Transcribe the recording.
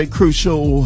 Crucial